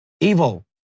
evil